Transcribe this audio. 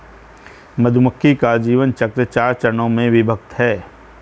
मधुमक्खी का जीवन चक्र चार चरणों में विभक्त है